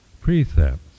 precepts